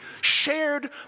shared